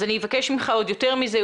אז אני אבקש ממך עוד יותר מזה,